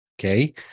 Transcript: Okay